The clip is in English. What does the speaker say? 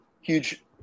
huge